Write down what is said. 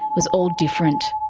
was all different.